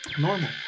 Normal